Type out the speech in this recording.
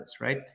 right